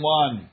one